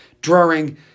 drawing